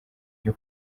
byo